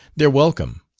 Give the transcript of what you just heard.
they're welcome.